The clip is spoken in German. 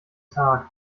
tag